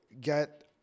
get